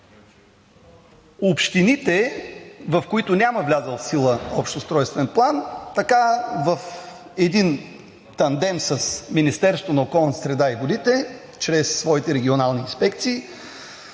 общините, в които няма влязъл в сила общ устройствен план в един тандем с Министерството на околната среда и водите чрез своите регионални инспекции